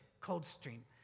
Coldstream